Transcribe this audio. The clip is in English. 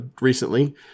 recently